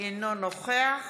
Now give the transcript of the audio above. אינו נוכח